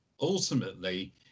ultimately